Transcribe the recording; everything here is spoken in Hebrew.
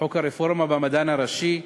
חוק הרפורמה במדען הראשי,